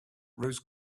rose